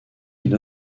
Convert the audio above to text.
une